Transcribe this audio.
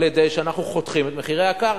על-ידי זה שאנחנו חותכים את מחירי הקרקע.